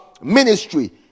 ministry